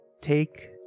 take